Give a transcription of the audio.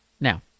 Now